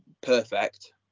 perfect